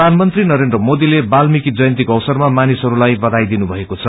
प्रधानमंत्री नरेन्द्र मोदले वाल्मी जयन्तीको अवसरमा मानिसहरूलाई बयाई दिनुभएको छ